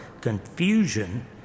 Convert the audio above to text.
confusion